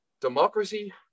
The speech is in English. democracy